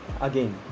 Again